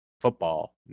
Football